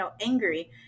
angry